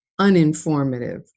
uninformative